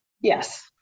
Yes